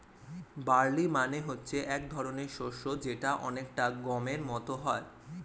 barley মানে হচ্ছে এক ধরনের শস্য যেটা অনেকটা গমের মত হয়